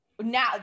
now